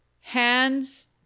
hands